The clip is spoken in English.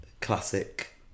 classic